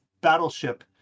battleship